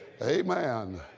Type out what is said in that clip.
Amen